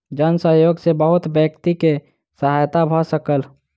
जन सहयोग सॅ बहुत व्यक्ति के सहायता भ सकल